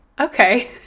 Okay